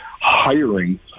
hiring